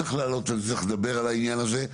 צריך לדבר על העניין הזה.